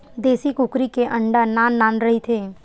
देसी कुकरी के अंडा नान नान रहिथे